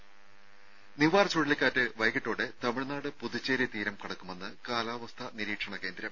ത നിവാർ ചുഴലിക്കാറ്റ് വൈകിട്ടോടെ തമിഴ്നാട് പുതുച്ചേരി തീരം കടക്കുമെന്ന് കാലാവസ്ഥാ നിരീക്ഷണ കേന്ദ്രം